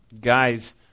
guys